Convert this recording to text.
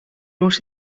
wrote